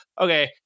Okay